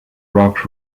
rock